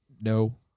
no